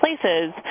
places